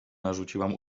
narzuciłam